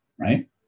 Right